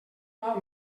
val